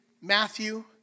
Matthew